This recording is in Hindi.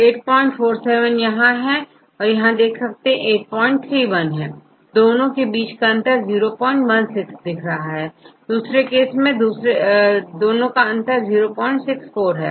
847यहां है आप देख सकते हैं831 यहां है दोनों के बीचo16 का अंतर है या दूसरे केस में064 का अंतर है